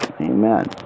Amen